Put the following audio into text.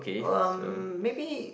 um maybe